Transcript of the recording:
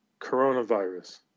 Coronavirus